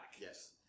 yes